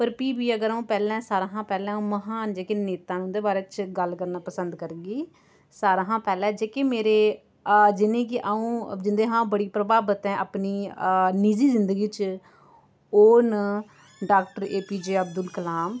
पर फ्ही बी अगर आ'ऊं पैह्लें सारे शा पैह्ले महान जेह्के नेता न उन्दे बारे च गल्ल करना पसन्द करगी सारे हा पैह्लें जेह्के मेरे जिनेंगी आ'ऊं जिंदे शा बड़ी प्रभावित आं अपनी निजी जिन्दगी च ओह् न डा A P J Abdul Kalam